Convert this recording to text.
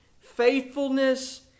faithfulness